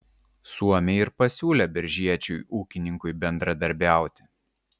suomiai ir pasiūlė biržiečiui ūkininkui bendradarbiauti